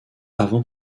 avant